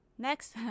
next